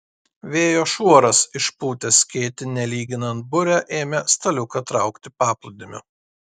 vėjo šuoras išpūtęs skėtį nelyginant burę ėmė staliuką traukti paplūdimiu